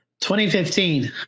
2015